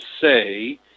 say